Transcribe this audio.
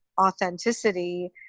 authenticity